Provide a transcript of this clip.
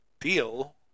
deal